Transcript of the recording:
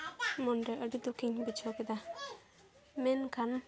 ᱢᱚᱱ ᱨᱮ ᱟᱹᱰᱤ ᱫᱩᱠᱷᱤᱧ ᱵᱩᱡᱷᱟᱹᱣ ᱠᱮᱫᱟ ᱢᱮᱱᱠᱷᱟᱱ